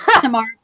Tomorrow